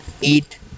eat